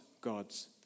God's